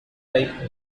type